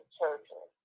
churches